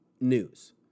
news